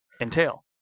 entail